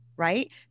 right